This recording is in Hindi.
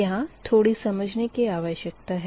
यहाँ थोड़ी समझने की आवश्यकता है